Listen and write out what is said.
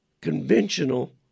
conventional